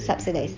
subsidised